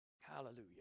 Hallelujah